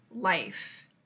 life